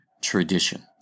tradition